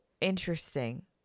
interesting